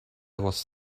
was